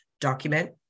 document